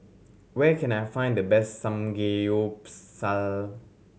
where can I find the best Samgeyopsal